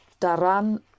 daran